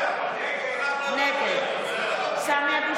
נגד סמי אבו